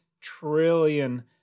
trillion